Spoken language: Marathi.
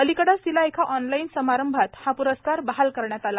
अलीकडेच तिला एका ऑनलाईन समारंभात हा प्रस्कार बहाल करण्यात आला